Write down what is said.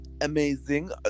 amazing